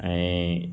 ऐं